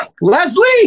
Leslie